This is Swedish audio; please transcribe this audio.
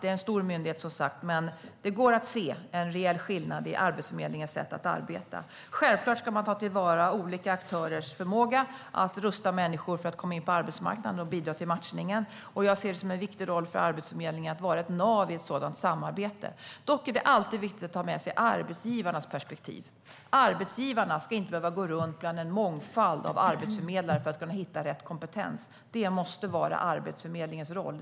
Det är som sagt en stor myndighet, men det går att se en reell skillnad i Arbetsförmedlingens sätt att arbeta. Självklart ska man ta till vara olika aktörers förmåga att rusta människor att komma in på arbetsmarknaden och bidra till matchningen. Jag ser det som en viktig roll för Arbetsförmedlingen att vara ett nav i ett sådant samarbete. Dock är det alltid viktigt att ha med sig arbetsgivarnas perspektiv. Arbetsgivarna ska inte behöva gå runt bland en mångfald av arbetsförmedlare för att hitta rätt kompetens. Det måste vara Arbetsförmedlingens roll.